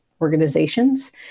organizations